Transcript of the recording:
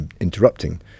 interrupting